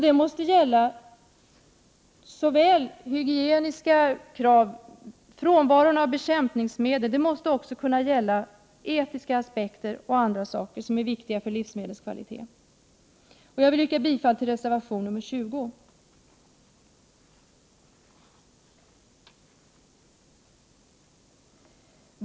Detta måste gälla hygieniska krav — frånvaron av bekämpningsmedel — och det måste också kunna gälla etiska aspekter och andra förhållanden som är viktiga för livsmedelskvaliteten. Jag vill yrka bifall till reservation nr 20.